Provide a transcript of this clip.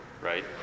right